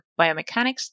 biomechanics